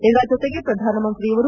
ಇದರ ಜತೆಗೆ ಪ್ರಧಾನಮಂತ್ರಿಯವರು